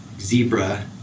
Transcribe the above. zebra